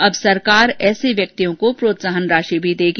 अब सरकार ऐसे व्यक्तियों को प्रोत्साहन राशि भी देगी